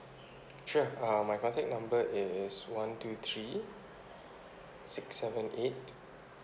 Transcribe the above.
sure uh my contact number is one two three six seven eight